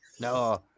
no